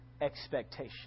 expectation